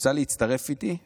רוצה להצטרף אליי?